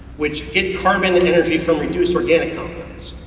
which get carbon and energy from reduced organic compounds.